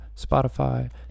Spotify